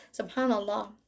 subhanallah